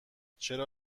چرا